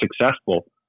successful